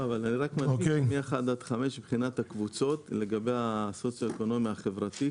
אני רק מדגיש מ- 1 עד 5 מבחינת הקבוצות לגבי הסוציואקונומי החברתי,